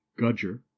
gudger